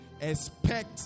expect